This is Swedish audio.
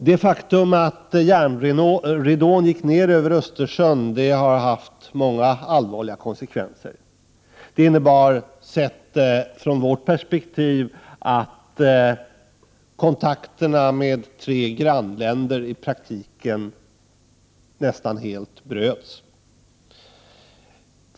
Det faktum att järnridån gick ner över Östersjön har haft många allvarliga konsekvenser. Det innebar, sett från vårt perspektiv, att kontakterna med tre grannländer i praktiken nästan helt bröts.